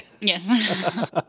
Yes